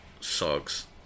sucks